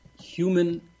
human